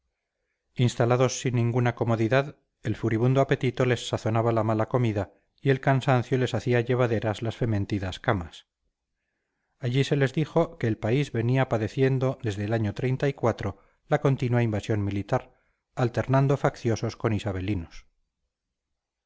instalados sin ninguna comodidad el furibundo apetito les sazonaba la mala comida y el cansancio les hacía llevaderas las fementidas camas allí se les dijo que el país venía padeciendo desde el año la continua invasión militar alternando facciosos con isabelinos